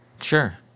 Sure